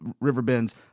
Riverbend's